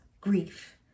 grief